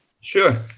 Sure